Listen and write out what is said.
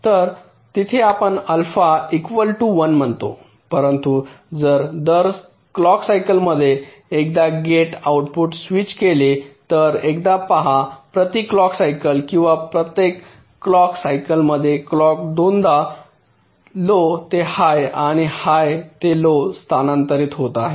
तर तिथे आपण अल्फा इकव्वाल टू १ म्हणतो परंतु जर दर क्लॉक सायकल मध्ये एकदा गेट आउटपुट स्विच केले तर एकदा पहा प्रति क्लॉक सायकल किंवा प्रत्येक क्लॉक सायकलमध्ये क्लॉक दोनदा लो ते हाय आणि हाय ते लो स्थानांतरित होत आहे